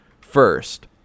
First